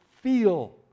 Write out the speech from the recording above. feel